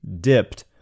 dipped